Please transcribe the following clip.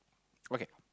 okay